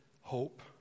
hope